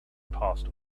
past